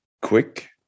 quick